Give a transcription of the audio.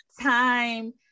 time